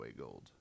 Gold